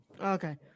Okay